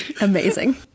Amazing